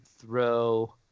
throw